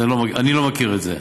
אני לא מכיר את זה.